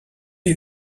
les